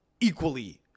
equally